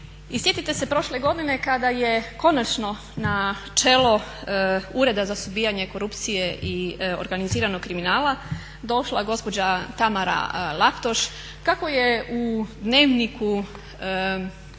sjetite se prošle godine kada je konačno na čelo Ureda za suzbijanja korupcije i organiziranog kriminala došla gospođa Tamara Laptoš kako je u Dnevniku